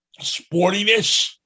sportiness